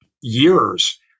years